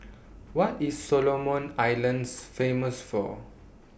What IS Solomon Islands Famous For